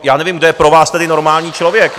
Já nevím, kdo je pro vás tedy normální člověk?